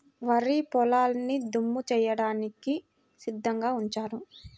వరి పొలాల్ని దమ్ము చేయడానికి సిద్ధంగా ఉంచారు